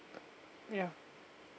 yeah